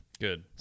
good